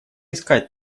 искать